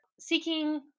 seeking